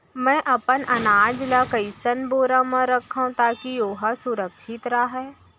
मैं अपन अनाज ला कइसन बोरा म रखव ताकी ओहा सुरक्षित राहय?